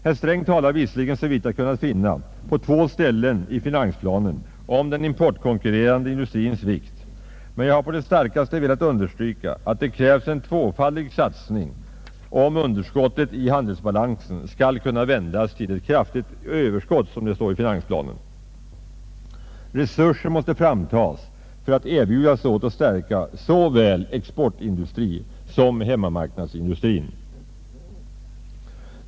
Herr Sträng talar visserligen, såvitt jag kunnat finna på två ställen i finansplanen, om den importkonkurrerande industrins vikt, men jag har på det starkaste velat understryka att det krävs en tvåfaldig satsning om underskottet i handelsbalansen skall kunna ”vändas till ett kraftigt överskott”, som det står i finansplanen. Resurser måste framtagas för att erbjudas åt och stärka såväl exportindustrin som hemmamarknadsindustrin.